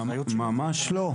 ממש לא.